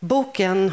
Boken